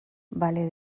vale